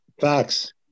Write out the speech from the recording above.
Facts